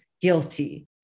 guilty